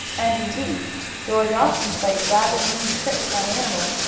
and indeed george often played rather mean tricks on animals,